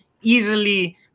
Easily